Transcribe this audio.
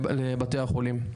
לבתי החולים.